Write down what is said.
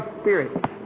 Spirit